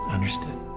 Understood